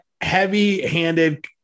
heavy-handed